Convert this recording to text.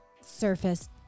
surface